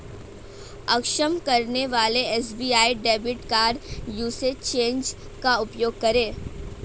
अक्षम करने वाले SBI debit card usage change का उपयोग करें